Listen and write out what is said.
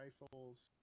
rifles